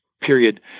period